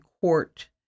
Court